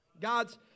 God's